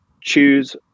choose